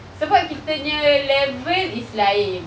sebab kita punya level is lain